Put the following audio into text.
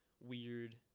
weird